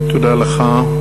תודה לך.